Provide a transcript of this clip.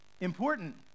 Important